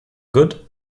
good